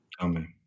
Amen